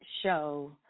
show